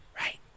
Right